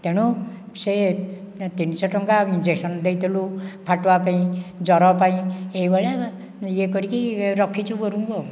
ତେଣୁ ସେ ଏ ତିନିଶହ ଟଙ୍କା ଇଞ୍ଜେକ୍ସନ୍ ଦେଇଥିଲୁ ଫାଟୁଆ ପାଇଁ ଜ୍ୱର ପାଇଁ ଏହି ଭଳିଆ ଇଏ କରିକି ରଖିଛୁ ଗୋରୁଙ୍କୁ ଆଉ